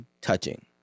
touching